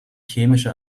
chemische